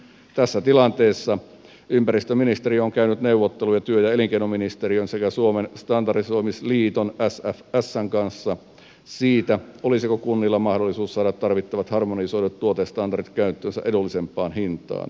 tässä tilanteessa ympäristöministeriö on käynyt neuvotteluja työ ja elinkeinoministeriön sekä suomen standardisoimisliiton sfsn kanssa siitä olisiko kunnilla mahdollisuus saada tarvittavat harmonisoidut tuotestandardit käyttöönsä edullisempaan hintaan